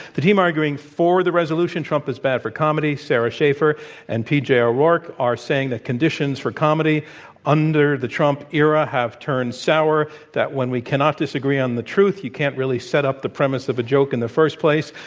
the team arguing for the resolution trump is bad for comedy, sara schaefer and pj o'rourke, are saying that conditions for comedy under the trump era have turned sour, that when we cannot disagree on the truth, you can't really set up the premise of a joke in the first place.